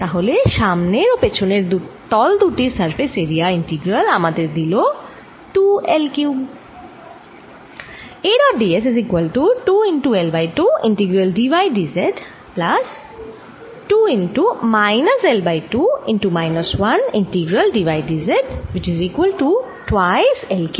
তাহলে সামনের ও পেছনের তল দুটির সারফেস এরিয়া ইন্টিগ্রাল আমাদের দিল 2 L কিউব